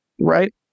Right